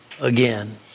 again